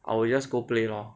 I will just go play lor